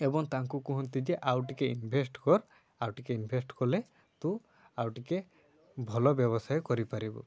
ଏବଂ ତାଙ୍କୁ କୁହନ୍ତି ଯେ ଆଉ ଟିକେ ଇନଭେଷ୍ଟ୍ କର ଆଉ ଟିକେ ଇନଭେଷ୍ଟ୍ କଲେ ତୁ ଆଉ ଟିକେ ଭଲ ବ୍ୟବସାୟ କରିପାରିବୁ